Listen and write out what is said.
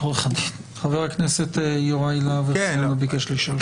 חבר הכנסת יוראי להב הרצנו ביקש לשאול שאלה.